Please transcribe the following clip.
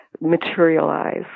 materialize